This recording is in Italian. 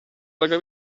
della